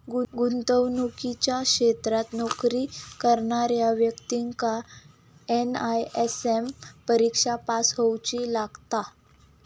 गुंतवणुकीच्या क्षेत्रात नोकरी करणाऱ्या व्यक्तिक एन.आय.एस.एम परिक्षा पास होउची लागता